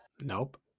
Nope